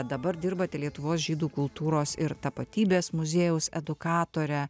dabar dirbate lietuvos žydų kultūros ir tapatybės muziejaus edukatore